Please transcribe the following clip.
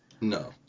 No